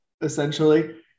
essentially